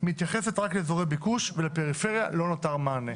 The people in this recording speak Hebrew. מתייחסת רק לאזורי ביקוש ולפריפריה לא נותר מענה.